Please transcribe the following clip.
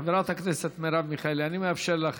חברת הכנסת מרב מיכאלי, אני מאפשר לך